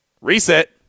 Reset